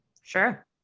Sure